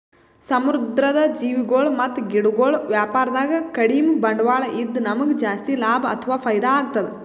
ಸಮುದ್ರ್ ಜೀವಿಗೊಳ್ ಮತ್ತ್ ಗಿಡಗೊಳ್ ವ್ಯಾಪಾರದಾಗ ಕಡಿಮ್ ಬಂಡ್ವಾಳ ಇದ್ದ್ ನಮ್ಗ್ ಜಾಸ್ತಿ ಲಾಭ ಅಥವಾ ಫೈದಾ ಆಗ್ತದ್